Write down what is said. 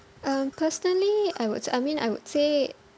um personally I would s~ I mean I would say